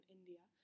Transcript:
India